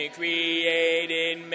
created